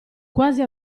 quasi